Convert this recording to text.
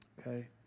Okay